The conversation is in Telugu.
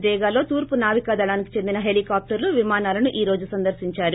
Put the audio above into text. డేగలో తూర్పు నావికాదళంకు చెందిన హితీకాష్టర్లు విమానాలను ఈ రోజు సందర్పించారు